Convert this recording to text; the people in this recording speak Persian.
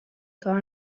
کار